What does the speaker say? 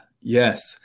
yes